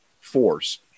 force